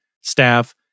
staff